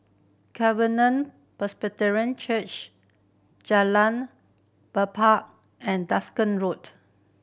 Covenant Presbyterian Church Jalan and Road